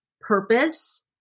purpose